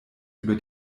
über